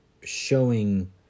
showing